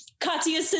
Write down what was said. Katya